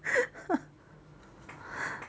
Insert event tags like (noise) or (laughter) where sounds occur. (laughs)